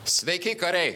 sveiki kariai